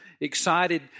excited